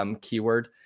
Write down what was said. keyword